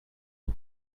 den